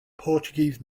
portuguese